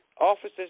officers